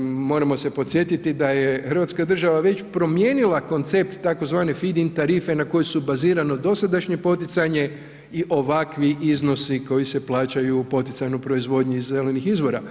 moramo se podsjetiti da je hrvatska država već promijenila koncept tzv. Feed-in tarife na kojoj su bazirano dosadašnje poticanje i ovakvi iznosi koji se plaćaju u poticajnoj proizvodnji iz zelenih izvora.